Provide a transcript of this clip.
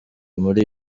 muri